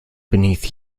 beneath